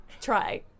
Try